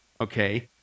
okay